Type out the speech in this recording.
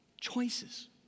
choices